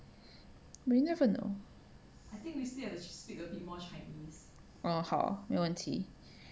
but you never know oh 好没问题